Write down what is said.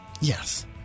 Yes